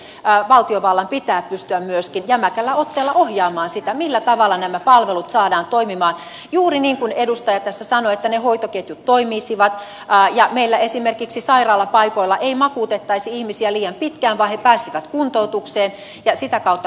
sen vuoksi valtiovallan pitää pystyä myöskin jämäkällä otteella ohjaamaan sitä millä tavalla nämä palvelut saadaan toimimaan juuri niin kuin edustaja tässä sanoi että ne hoitoketjut toimisivat ja meillä esimerkiksi sairaalapaikoilla ei makuutettaisi ihmisiä liian pitkään vaan he pääsisivät kuntoutukseen ja sitä kautta kotiutumaan